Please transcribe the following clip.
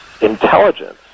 intelligence